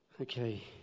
Okay